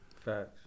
facts